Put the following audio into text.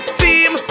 team